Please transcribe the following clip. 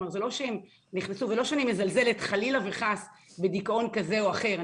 זה לא שאני מזלזלת חלילה וחס בדיכאון כזה או אחר,